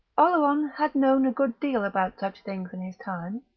oleron had known a good deal about such things in his time,